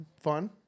fun